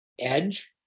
edge